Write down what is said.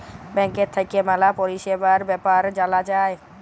ব্যাংকের থাক্যে ম্যালা পরিষেবার বেপার জালা যায়